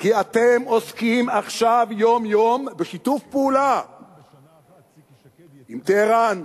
כי אתם עוסקים עכשיו יום-יום בשיתוף פעולה עם טהרן,